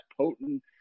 potent